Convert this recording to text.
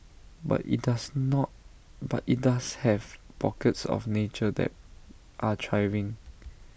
but IT does not but IT does have pockets of nature that are thriving